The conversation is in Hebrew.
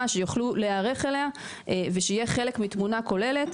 שיוכלו להיערך אליה ושיהיה חלק מתמונה כוללת,